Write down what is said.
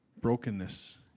brokenness